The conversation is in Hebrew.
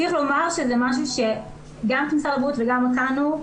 צריך לומר שזה משהו שגם את משרד הבריאות וגם אותנו,